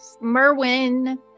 Merwin